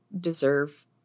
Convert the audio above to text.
deserve